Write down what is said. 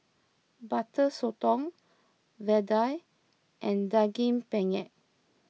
Butter Sotong Vadai and Daging Penyet